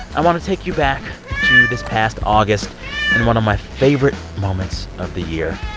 i want to take you back to this past august and one of my favorite moments of the year.